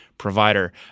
provider